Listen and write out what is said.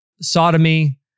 sodomy